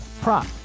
prop